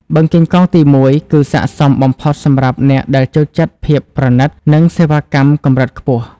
បឹងកេងកងទី១ គឺស័ក្តិសមបំផុតសម្រាប់អ្នកដែលចូលចិត្តភាពប្រណីត និងសេវាកម្មកម្រិតខ្ពស់។